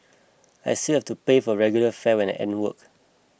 I still have to pay for regular fare when I end work